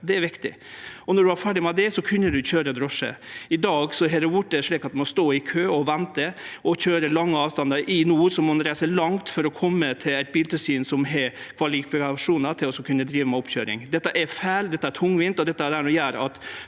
det er viktig – og når du var ferdig med det, så kunne du køyre drosje. I dag har det vorte slik at ein må stå i kø og vente og køyre lange avstandar. I nord må ein reise langt for å kome til eit biltilsyn som har kvalifikasjonar til å drive med oppkøyring. Dette er feil, det er tungvint og det gjer at